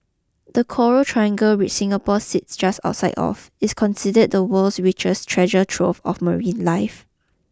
the coral triangle which Singapore sits just outside of is considered the world's richest treasure trove of marine life